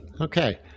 Okay